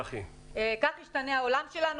כך ישתנה העולם שלנו.